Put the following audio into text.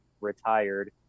retired